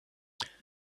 abraham